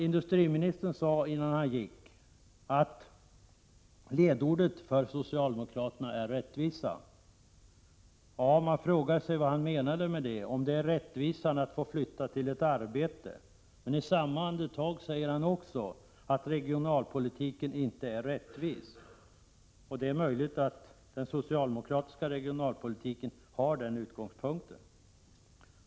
Industriministern sade, innan han gick, att ledordet för socialdemokraterna är rättvisa. Man frågar sig vad han menade med det, om det är rättvisa att få flytta till ett arbete. Men i samma andetag sade han att regionalpolitiken inte är rättvis. Det är möjligt att den socialdemokratiska regionalpolitiken har den utgångspunkten.